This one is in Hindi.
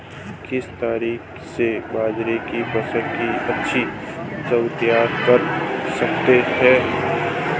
किस तरीके से बाजरे की फसल की अच्छी उपज तैयार कर सकते हैं?